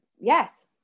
yes